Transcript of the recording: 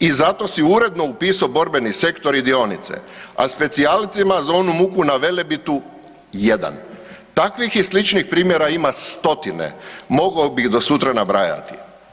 i zato si uredno upisao borbeni sektor i dionice, a specijalcima za onu muku na Velebitu 1. Takvih i sličnih primjera ima stotine, mogao bi ih do sutra nabrajati.